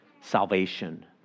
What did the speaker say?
salvation